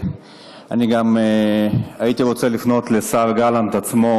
אני גם הייתי רוצה לפנות לשר גלנט עצמו.